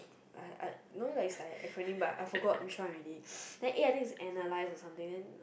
I I no lah is like a acronym but I forgot which one already then A I think is analysis or something then